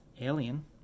Alien